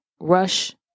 rush